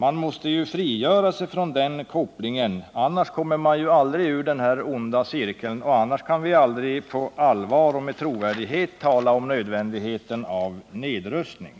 Vi måste frigöra oss från den kopplingen, annars kommer vi aldrig ur den här onda cirkeln och då kan vi aldrig på allvar och med trovärdighet tala om nödvändigheten av nedrustning.